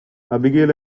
abigail